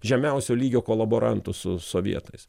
žemiausio lygio kolaborantų su sovietais